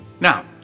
Now